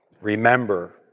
Remember